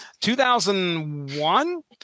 2001